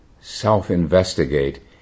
self-investigate